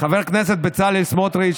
חבר הכנסת בצלאל סמוטריץ',